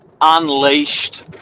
Unleashed